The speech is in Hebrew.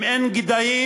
אם אין גדיים,